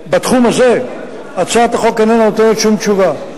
בתחום הזה, הצעת החוק איננה נותנת שום תשובה.